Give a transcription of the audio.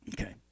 Okay